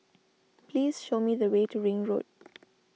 please show me the way to Ring Road